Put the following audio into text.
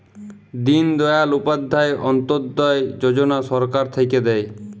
দিন দয়াল উপাধ্যায় অন্ত্যোদয় যজনা সরকার থাক্যে দেয়